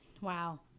Wow